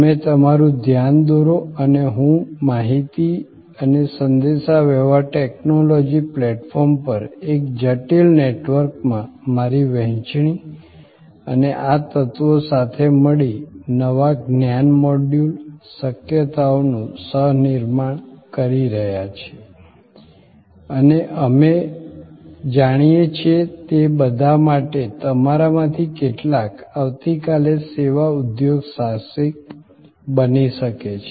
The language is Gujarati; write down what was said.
તમે તમારું ધ્યાન દોરો અને હું માહિતી અને સંદેશાવ્યવહાર ટેક્નોલોજી પ્લેટફોર્મ પર એક જટિલ નેટવર્કમાં મારી વહેંચણી અને આ તત્વો સાથે મળીને નવા જ્ઞાન મોડ્યુલ શક્યતાઓનું સહ નિર્માણ કરી રહ્યા છીએ અને અમે જાણીએ છીએ તે બધા માટે તમારામાંથી કેટલાક આવતીકાલે સેવા ઉદ્યોગસાહસિક બની શકે છે